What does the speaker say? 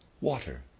water